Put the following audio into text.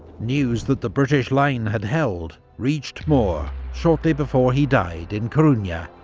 news that the british line had held reached moore shortly before he died in coruna,